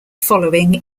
following